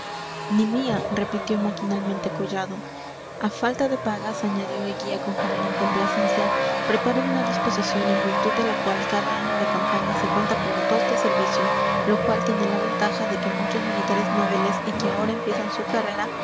ni mía repitió maquinalmente collado a falta de pagas añadió eguía con juvenil complacencia preparo una disposición en virtud de la cual cada año de campaña se cuenta como dos de servicio lo cual tiene la ventaja de que muchos militares noveles y que ahora empiezan su carrera